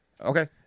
Okay